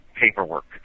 paperwork